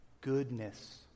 goodness